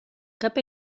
cap